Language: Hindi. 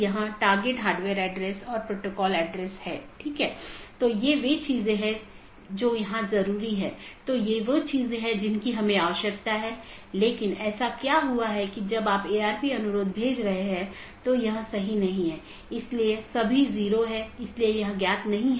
इसलिए हलका करने कि नीति को BGP प्रोटोकॉल में परिभाषित नहीं किया जाता है बल्कि उनका उपयोग BGP डिवाइस को कॉन्फ़िगर करने के लिए किया जाता है